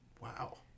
Wow